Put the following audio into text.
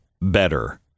better